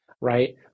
right